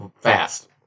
fast